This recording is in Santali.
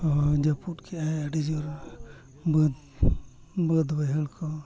ᱦᱮᱸ ᱡᱟᱹᱯᱩᱫ ᱠᱮᱜ ᱟᱭ ᱟᱹᱰᱤ ᱡᱳᱨ ᱵᱟᱹᱫᱽ ᱵᱟᱹᱫᱽ ᱵᱟᱹᱭᱦᱟᱹᱲ ᱠᱚ